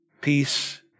peace